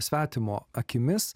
svetimo akimis